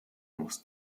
muss